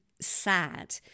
sad